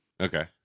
Okay